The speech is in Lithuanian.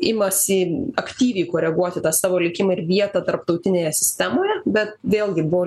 imasi aktyviai koreguoti tą savo likimą ir vietą tarptautinėje sistemoje bet vėlgi buvo